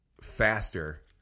faster